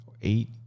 eight